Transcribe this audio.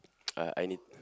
uh I need